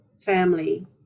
family